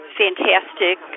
fantastic